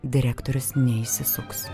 direktorius neišsisuks